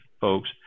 folks